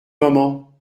moment